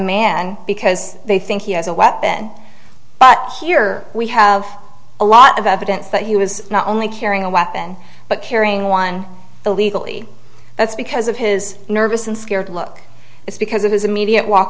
man because they think he has a weapon but here we have a lot of evidence that he was not only carrying a weapon but carrying one illegally that's because of his nervous and scared look it's because of his immediate walk